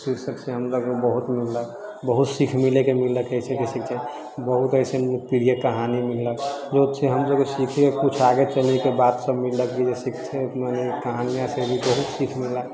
शीर्षकसँ हम बहुत मिलल बहुत सीख मिलल शीर्षक बहुत अइसन प्रिय कहानी मिललक कुछ आगेके बात सब मिललक कि अपना कहानिओसँ भी बहुत सीख मिललक